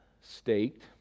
staked